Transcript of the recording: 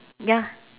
ya